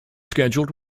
scheduled